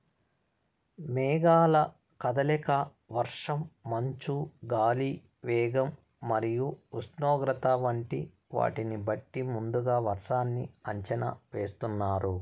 మేఘాల కదలిక, వర్షం, మంచు, గాలి వేగం మరియు ఉష్ణోగ్రత వంటి వాటిని బట్టి ముందుగా వర్షాన్ని అంచనా వేస్తున్నారు